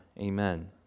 Amen